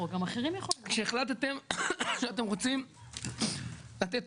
כשהחלטתם שאתם רוצים לתת